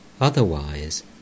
Otherwise